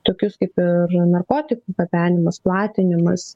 tokius kaip ir narkotikų gabenimas platinimas